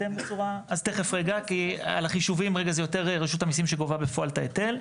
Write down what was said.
על החישובים זה יותר רשות המיסים שגובה בפועל את ההיטל.